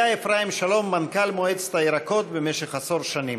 היה אפרים שלום מנכ"ל מועצת הירקות במשך עשור שנים.